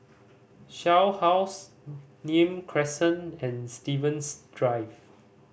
Shell House Nim Crescent and Stevens Drive